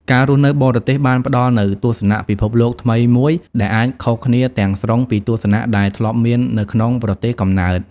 ការរស់នៅបរទេសបានផ្ដល់នូវទស្សនៈពិភពលោកថ្មីមួយ ដែលអាចខុសគ្នាទាំងស្រុងពីទស្សនៈដែលធ្លាប់មាននៅក្នុងប្រទេសកំណើត។